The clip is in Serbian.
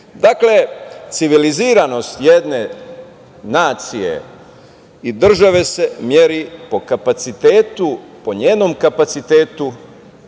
smislu. Dakle, civiliziranost jedne nacije i države se meri po kapacitetu, po njenom kapacitetu